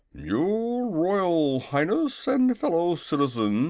your royal highness and fellow citizens,